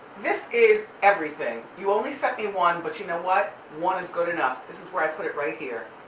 this is everything. you only sent me one, but you know what? one is good enough, this is where i put it right here.